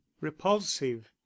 repulsive